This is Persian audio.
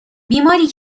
بیماری